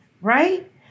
right